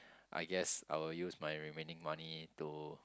I guess I will use my remaining money to